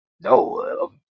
No